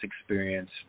experience